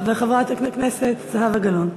וחברת הכנסת זהבה גלאון.